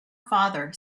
father